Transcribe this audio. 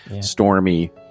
stormy